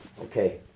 Okay